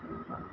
আৰু